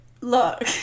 look